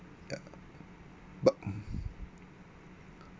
ya bu~